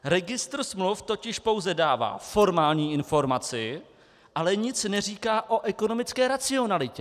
Registr smluv totiž pouze dává formální informaci, ale nic neříká o ekonomické racionalitě.